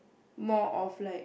more of like